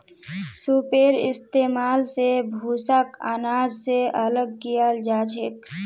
सूपेर इस्तेमाल स भूसाक आनाज स अलग कियाल जाछेक